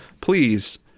please